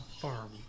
farm